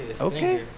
Okay